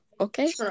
okay